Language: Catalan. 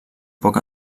poc